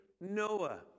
Noah